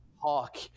talk